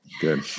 Good